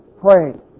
praying